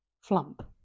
flump